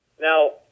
Now